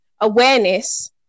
awareness